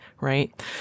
right